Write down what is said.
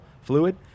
fluid